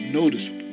noticeable